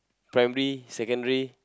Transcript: primary secondary